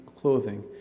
clothing